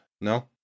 No